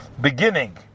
beginning